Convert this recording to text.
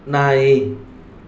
ನಾಯಿ